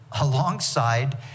alongside